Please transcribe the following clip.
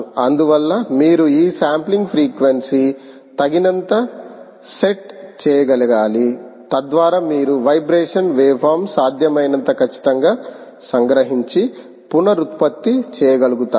అందువల్ల మీరు ఈ శాంప్లింగ్ ఫ్రీక్వెన్సీ తగినంతగా సెట్ చేయగలగాలితద్వారా మీరు వైబ్రేషన్ వెవేఫార్మ్ సాధ్యమైనంత ఖచ్చితంగా సంగ్రహించి పునరుత్పత్తి చేయగలుగుతారు